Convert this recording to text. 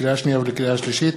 לקריאה שנייה ולקריאה שלישית: